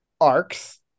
arcs